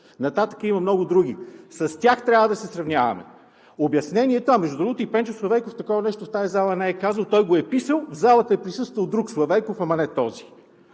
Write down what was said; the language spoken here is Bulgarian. нататък има много други, с тях трябва да се сравняваме. А между другото, и Пенчо Славейков такова нещо в тази зала не е казал, той го е писал. В залата е присъствал друг Славейков, ама не този.